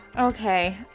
Okay